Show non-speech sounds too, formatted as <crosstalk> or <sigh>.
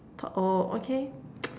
thought oh okay <noise>